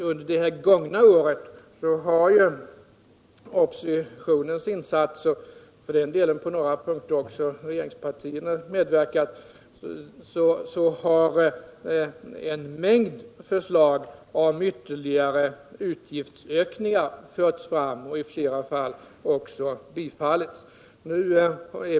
Under det gångna året har ju genom oppositionens insatser — på några punkter har för den delen också regeringspartierna medverkat — en mängd förslag om ytterligare utgiftsökningar förts fram, och i flera fall även bifallits.